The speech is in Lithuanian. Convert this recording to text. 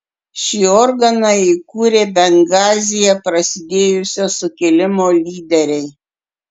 šį organą įkūrė bengazyje prasidėjusio sukilimo lyderiai